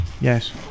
Yes